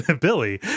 billy